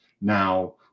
Now